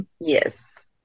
Yes